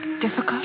Difficult